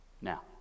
Now